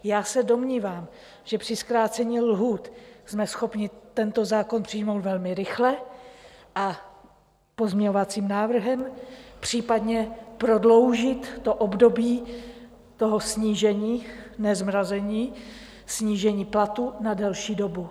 Já se domnívám, že při zkrácení lhůt jsme schopni tento zákon přijmout velmi rychle a pozměňovacím návrhem případně prodloužit to období toho snížení ne zmrazení platů na delší dobu.